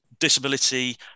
disability